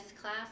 class